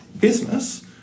business